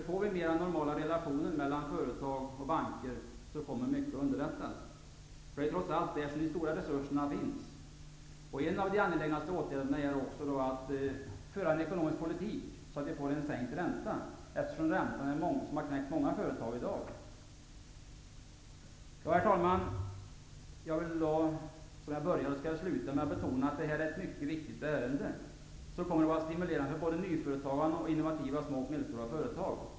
Får vi mera normala relationer mellan företag och banker kommer mycket att underlättas, för det är ju trots allt där som de stora resurserna finns. En av de angelägnaste uppgifterna är att föra en sådan ekonomisk politik att vi får en lägre ränta. Räntorna har i dagens läge knäckt många företag. Herr talman! Jag vill avsluta som jag började, med att betona att detta är ett mycket viktigt ärende, som kommer att verka stimulerande både för nyföretagande och för innovativa små och medelstora företag.